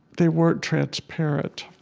they weren't transparent.